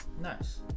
Nice